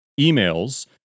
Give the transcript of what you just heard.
Emails